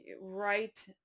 right